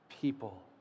people